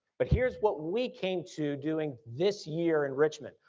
but here's what we came to doing this year in richmond.